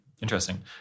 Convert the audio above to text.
Interesting